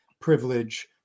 privilege